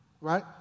Right